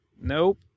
Nope